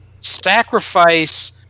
sacrifice